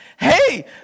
hey